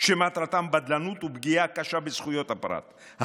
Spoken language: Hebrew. שמטרתם בדלנות ופגיעה קשה בזכויות הפרט,